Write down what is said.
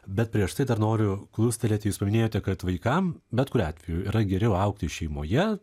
bet prieš tai dar noriu klustelėti jūs minėjote kad vaikam bet kuriuo atveju yra geriau augti šeimoje